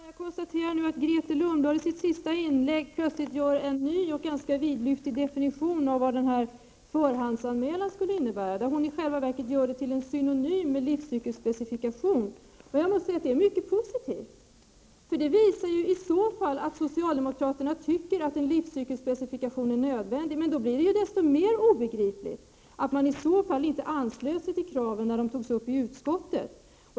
Fru talman! Jag konstaterar nu att Grethe Lundblad i sitt senaste inlägg plötsligt gör en ny och ganska vidlyftig definition på vad denna förhandsanmälan innebär. I själva verket gör hon den till en synonym med begreppet livscykelsspecifikation, vilket är mycket positivt. Det visar i så fall att socialdemokraterna anser att en livscykelsspecifikation är nödvändig. Då blir det ju ännu mer obegripligt att man inte anslöt sig till de krav som framställdes i utskottet.